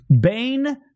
Bane